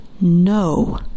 no